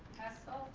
hessel?